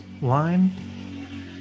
line